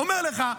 אומר לך,